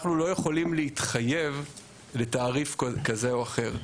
אנחנו לא יכולים להתחייב לתעריף כזה או אחר.